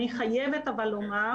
אבל אני חייבת לומר